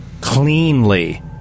cleanly